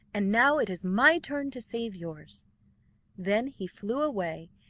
and now it is my turn to save yours then he flew away,